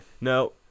No